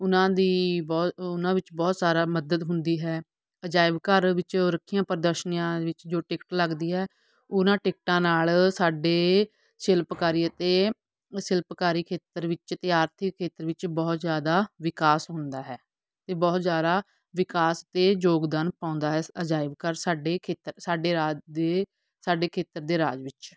ਉਹਨਾਂ ਦੀ ਬ ਉਹਨਾਂ ਵਿੱਚ ਬਹੁਤ ਸਾਰਾ ਮਦਦ ਹੁੰਦੀ ਹੈ ਅਜਾਇਬ ਘਰ ਵਿੱਚ ਉਹ ਰੱਖੀਆਂ ਪ੍ਰਦਰਸ਼ਨੀਆਂ ਵਿੱਚ ਜੋ ਟਿਕਟ ਲੱਗਦੀ ਹੈ ਉਹਨਾਂ ਟਿਕਟਾਂ ਨਾਲ ਸਾਡੇ ਸ਼ਿਲਪਕਾਰੀ ਅਤੇ ਸ਼ਿਲਪਕਾਰੀ ਖੇਤਰ ਵਿੱਚ ਅਤੇ ਆਰਥਿਕ ਖੇਤਰ ਵਿੱਚ ਬਹੁਤ ਜ਼ਿਆਦਾ ਵਿਕਾਸ ਹੁੰਦਾ ਹੈ ਅਤੇ ਬਹੁਤ ਜ਼ਿਆਦਾ ਵਿਕਾਸ ਅਤੇ ਯੋਗਦਾਨ ਪਾਉਂਦਾ ਹੈ ਅਜਾਇਬ ਘਰ ਸਾਡੇ ਖੇਤਰ ਸਾਡੇ ਰਾਜ ਦੇ ਸਾਡੇ ਖੇਤਰ ਦੇ ਰਾਜ ਵਿੱਚ